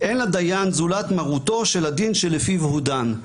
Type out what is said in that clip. אין לדיין זולת מרותו של הדין שלפיו הוא דן.